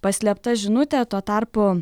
paslėpta žinutė tuo tarpu